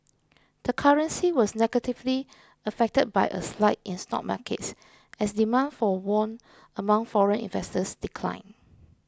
the currency was negatively affected by a slide in stock markets as demand for won among foreign investors declined